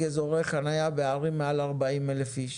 אזורי חניה בערים מעל 40 אלף אנשים.